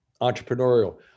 entrepreneurial